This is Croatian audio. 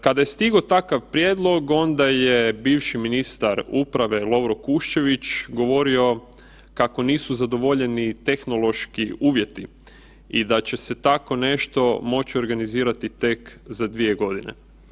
Kada je stigao takav prijedlog onda je bivši ministar uprave Lovro Kuščević govorio kako nisu zadovoljeni tehnološki uvjeti i da će se tako nešto moći organizirati tek za dvije godine.